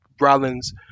Rollins